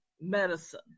medicine